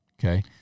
okay